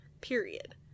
period